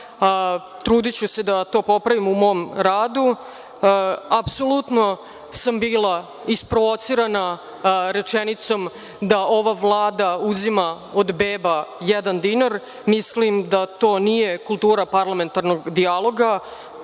Trudiću se da to popravim u mom radu. Apsolutno sam bila isprovocirana rečenicom da ova Vlada uzima od beba jedan dinar, mislim da to nije kultura parlamentarnog dijaloga.